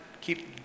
Keep